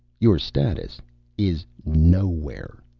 your status is nowhere.